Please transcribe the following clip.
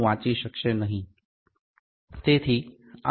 891 વાંચી શકશે નહીં